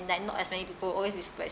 like not as many people will always be super